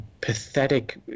pathetic